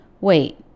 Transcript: Wait